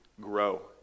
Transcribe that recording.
grow